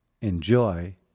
Enjoy